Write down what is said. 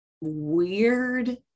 weird